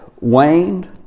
waned